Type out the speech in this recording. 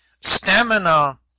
stamina